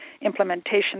implementation